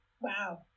Wow